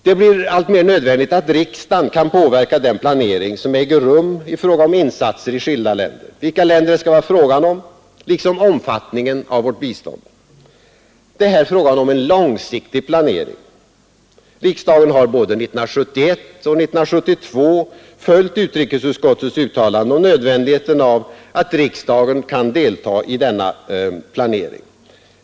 Det blir alltmer nödvändigt att riksdagen kan påverka den planering som äger rum när det gäller insatser i skilda länder, vilka länder det skall vara fråga om, liksom omfattningen av vårt bistånd. Det handlar här om en långsiktig planering. Riksdagen har både 1971 och 1972 följt utrikesutskottets uttalande om nödvändigheten av att riksdagen kan delta i denna planering.